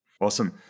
awesome